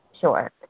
Sure